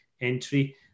entry